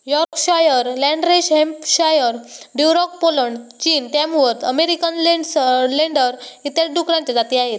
Yorkshire, Landrace Hampshire, Duroc Poland, चीन, Tamworth American लेन्सडर इत्यादी डुकरांच्या जाती आहेत